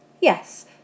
Yes